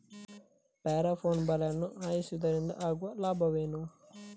Pheromone ಬಲೆಯನ್ನು ಹಾಯಿಸುವುದರಿಂದ ಆಗುವ ಲಾಭವೇನು?